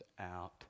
out